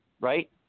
right